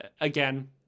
again